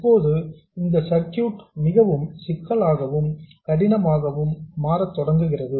இப்போது இந்த ஒரு சர்க்யூட் மிகவும் சிக்கலாகவும் கடினமாகவும் மாற தொடங்குகிறது